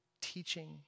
teaching